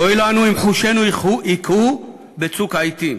ואוי לנו אם חושינו יקהו בצוק העתים,